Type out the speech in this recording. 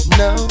no